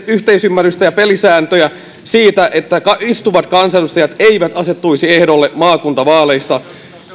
yhteisymmärrystä ja pelisääntöjä siitä että istuvat kansanedustajat eivät asettuisi ehdolle maakuntavaaleissa